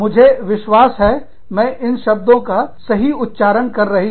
मुझे विश्वास है मैं इन शब्दों का उच्चारण सही कर रही हूं